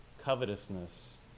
covetousness